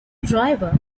driver